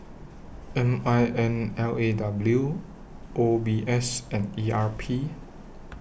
M I N L A W O B S and E R P